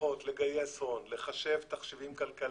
צריכות לגייס הון, לחשב תחשיבים כלכליים,